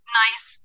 nice